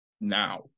now